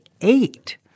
eight